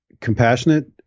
compassionate